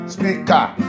Speaker